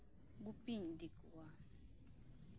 ᱜᱩᱯᱤᱧ ᱤᱫᱤ ᱠᱚᱣᱟ